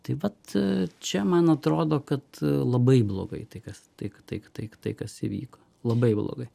tai vat čia man atrodo kad labai blogai tai kas tai tai tai tai kas įvyko labai blogai